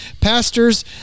pastors